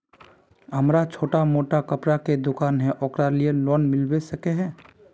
हमरा छोटो मोटा कपड़ा के दुकान है ओकरा लिए लोन मिलबे सके है?